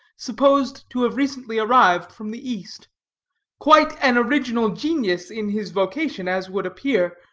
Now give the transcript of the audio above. supposed to have recently arrived from the east quite an original genius in his vocation, as would appear,